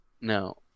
no